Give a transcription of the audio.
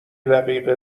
دقیقه